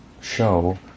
show